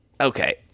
okay